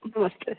नमस्ते